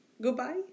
Goodbye